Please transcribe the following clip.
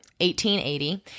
1880